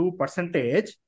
percentage